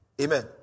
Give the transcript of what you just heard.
Amen